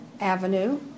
Avenue